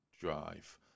drive